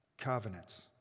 covenants